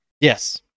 yes